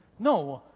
no,